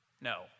No